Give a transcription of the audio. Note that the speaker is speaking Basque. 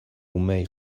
ume